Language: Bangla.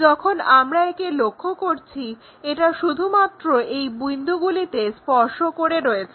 যখন আমরা একে লক্ষ্য করছি এটা শুধুমাত্র এই বিন্দুগুলিতে স্পর্শ করে আছে